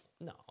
no